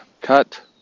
cut